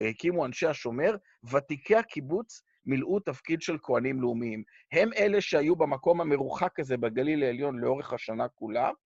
הקימו אנשי השומר, ותיקי הקיבוץ מילאו תפקיד של כהנים לאומיים. הם אלה שהיו במקום המרוחק הזה בגליל העליון לאורך השנה כולה.